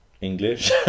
English